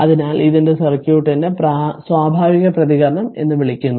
അതിനാൽ ഇതിനെ സർക്യൂട്ടിന്റെ സ്വാഭാവിക പ്രതികരണം എന്ന് വിളിക്കുന്നു